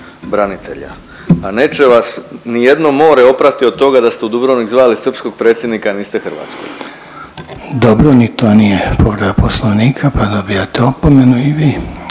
Dobro, to nije povreda Poslovnika pa vam dajem opomenu.